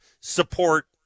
support